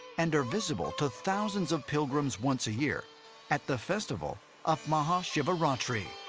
and are visible to thousands of pilgrims once a year at the festival of maha shivaratri.